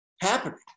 happening